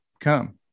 Come